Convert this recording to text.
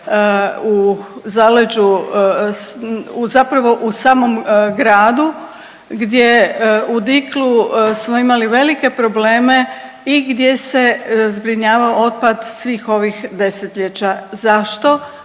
u zaleđu, zapravo u samom gradu gdje u Diklu smo imali velike probleme i gdje se zbrinjavao otpad svih ovih desetljeća. Zašto?